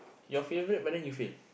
your favourite but then you fail